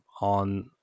on